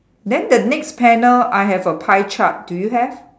then the next panel I have a pie chart do you have